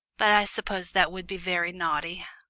but i suppose that would be very naughty.